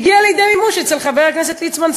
הגיעה לידי מימוש אצל חבר הכנסת ליצמן,